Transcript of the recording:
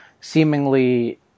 seemingly